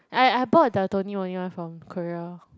I I bought the Tony Moly one from Korea